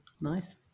nice